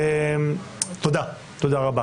תודה רבה.